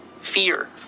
fear